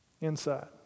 inside